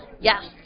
Yes